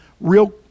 Real